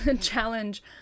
challenge